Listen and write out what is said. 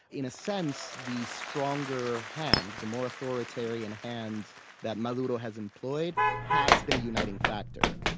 in a sense, the stronger hand, the more authoritarian hand that maduro has employed, has been a uniting factor.